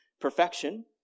perfection